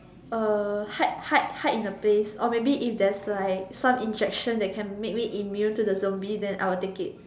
uh hide hide hide in a place or maybe if there's like some injection that can make me immune to the zombies then I will take it